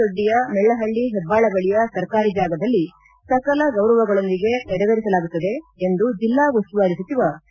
ದೊಡ್ಡಿಯ ಮೆಳ್ಳಹಳ್ಳ ಹೆಬ್ಬಾಳ ಬಳಿಯ ಸರ್ಕಾರಿ ಜಾಗದಲ್ಲಿ ಸಕಲ ಗೌರವಗಳೊಂದಿಗೆ ನೆರವೇರಿಸಲಾಗುತ್ತದೆ ಎಂದು ಜಿಲ್ಲಾ ಉಸ್ತುವಾರಿ ಸಚಿವ ಸಿ